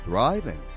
Thriving